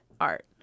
art